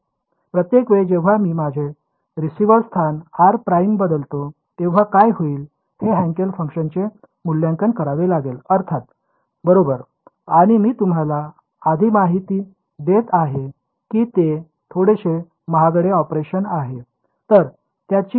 प्रत्येक वेळी जेव्हा मी माझे रिसीव्हर स्थान r प्राईम बदलतो तेव्हा काय होईल हे हँकेल फंक्शनचे मूल्यांकन करावे लागेल अर्थात बरोबर आणि मी तुम्हाला अधिक माहिती देत आहे की ते थोडेशे महागडे ऑपरेशन आहे